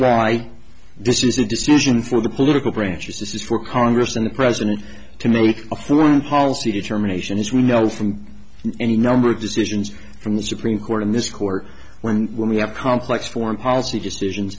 why this is a decision for the political branches this is for congress and the president to make a fluent policy determination as we know from any number of decisions from the supreme court in this court where we have complex foreign policy decisions